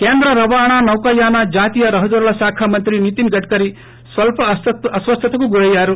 కేంద్ర రవాణానౌక యానజాతీయ రహదారుల శాఖ మంత్రి నితిన్ గడ్కరీ స్వల్స అస్సస్తకు గురయ్యారు